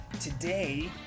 today